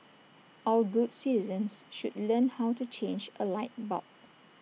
all good citizens should learn how to change A light bulb